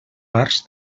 parts